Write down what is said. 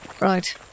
Right